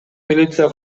милиция